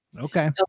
Okay